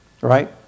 right